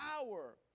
power